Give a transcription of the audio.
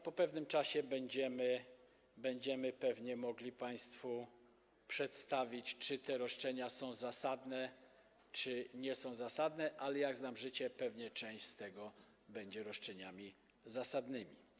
Po pewnym czasie pewnie będziemy mogli państwu przedstawić, czy te roszczenia są zasadne, czy nie są zasadne, ale jak znam życie, pewnie część z tego będzie roszczeniami zasadnymi.